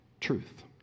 Truth